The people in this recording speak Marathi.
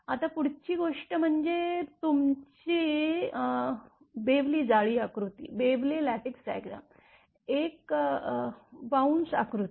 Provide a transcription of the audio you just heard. आता पुढची गोष्ट म्हणजे तुमची बेवली जाळी आकृती एक बाऊन्स आकृती